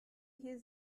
hier